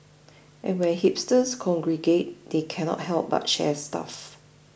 and when hipsters congregate they cannot help but share stuff